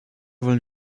wollen